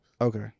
Okay